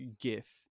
gif